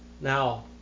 Now